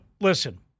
listen